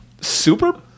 super